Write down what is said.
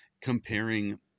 comparing